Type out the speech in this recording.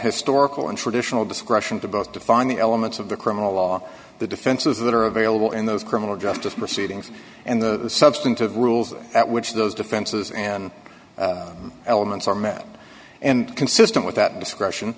historical and traditional discretion to both define the elements of the criminal law the defenses that are available in those criminal justice proceedings and the substantive rules at which those defenses and elements are met and consistent with that discretion